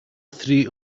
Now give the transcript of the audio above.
three